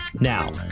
Now